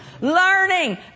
learning